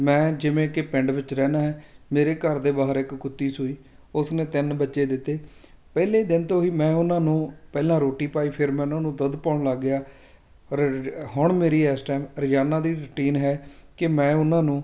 ਮੈਂ ਜਿਵੇਂ ਕਿ ਪਿੰਡ ਵਿੱਚ ਰਹਿੰਦਾ ਹੈ ਮੇਰੇ ਘਰ ਦੇ ਬਾਹਰ ਇੱਕ ਕੁੱਤੀ ਸੂਈ ਉਸਨੇ ਤਿੰਨ ਬੱਚੇ ਦਿੱਤੇ ਪਹਿਲੇ ਦਿਨ ਤੋਂ ਹੀ ਮੈਂ ਉਹਨਾਂ ਨੂੰ ਪਹਿਲਾਂ ਰੋਟੀ ਪਾਈ ਫਿਰ ਮੈਂ ਉਹਨਾਂ ਨੂੰ ਦੁੱਧ ਪਾਉਣ ਲੱਗ ਗਿਆ ਰ ਹੁਣ ਮੇਰੀ ਇਸ ਟਾਈਮ ਰੋਜ਼ਾਨਾ ਦੀ ਰੂਟੀਨ ਹੈ ਕਿ ਮੈਂ ਉਹਨਾਂ ਨੂੰ